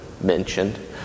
mentioned